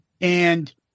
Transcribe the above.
And-